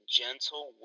gentle